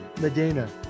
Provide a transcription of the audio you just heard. Medina